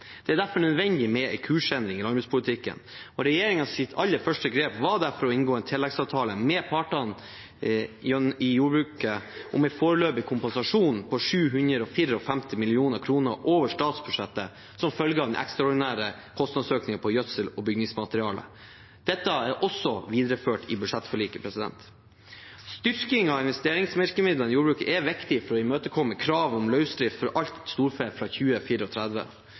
Det er derfor nødvendig med en kursendring i landbrukspolitikken. Regjeringens aller første grep var derfor å inngå en tilleggsavtale med partene i jordbruket om en foreløpig kompensasjon på 754 mill. kr over statsbudsjettet som følge av den ekstraordinære kostnadsøkningen på gjødsel og bygningsmateriale. Dette er også videreført i budsjettforliket. Styrking av investeringsvirkemidlene i jordbruket er viktig for å imøtekomme kravet om løsdrift for alt storfe fra